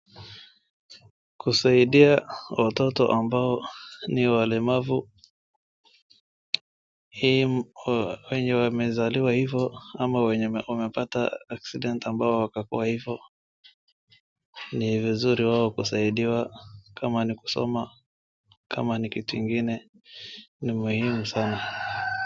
Kusaidia watoto ambao ni walemavu. Hii, wa, wenye wamezaliwa hivyo ama wenye umepata accident ambao wakakuwa hivyo. Ni vizuri wao kusaidiwa kama ni kusoma, kama ni kitu ingine. Ni muhimu sana.